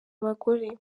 abagore